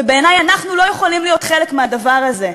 ובעיני אנחנו לא יכולים להיות חלק מהדבר הזה.